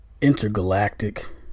intergalactic